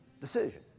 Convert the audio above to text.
decision